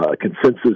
consensus